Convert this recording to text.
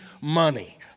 money